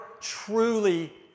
truly